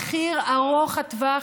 עם המחיר ארוך הטווח,